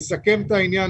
לסכם את העניין,